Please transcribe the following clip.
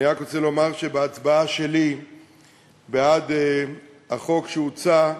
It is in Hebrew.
אני רק רוצה לומר שבהצבעה שלי בעד החוק שהוצע,